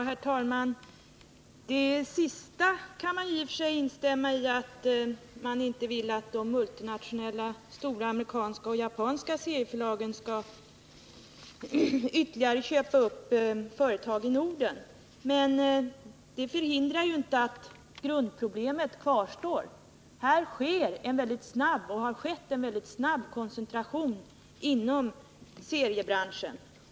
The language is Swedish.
Herr talman! Det sista kan jag i och för sig instämma i, nämligen att man inte vill att de stora multinationella amerikanska och japanska serieförlagen skall köpa upp ytterligare företag i Norden. Men det hindrar ju inte att grundproblemet kvarstår — här har skett och sker en väldigt snabb koncentration inom seriebranschen.